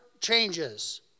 changes